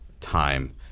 time